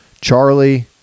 Charlie